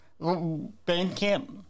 Bandcamp